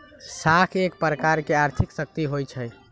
साख एक प्रकार के आर्थिक शक्ति होइ छइ